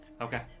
Okay